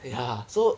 ya so